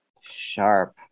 Sharp